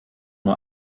nur